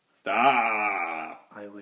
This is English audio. Stop